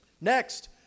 Next